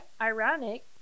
ironic